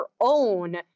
own